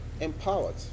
empowered